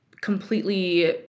completely